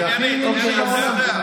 אבל זה הכי ענייני שבעולם, זה נכון.